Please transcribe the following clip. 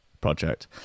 Project